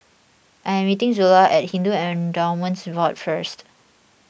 I am meeting Zula at Hindu Endowments Board first